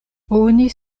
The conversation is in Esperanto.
oni